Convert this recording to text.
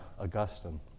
Augustine